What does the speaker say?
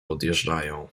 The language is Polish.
odjeżdżają